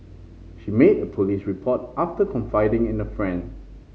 she made a police report after confiding in a friend